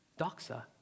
Doxa